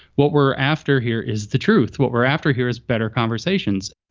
what we're after here is the truth. what we're after here is better conversations